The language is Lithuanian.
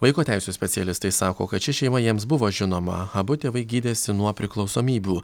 vaiko teisių specialistai sako kad ši šeima jiems buvo žinoma abu tėvai gydėsi nuo priklausomybių